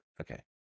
Okay